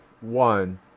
one